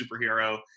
superhero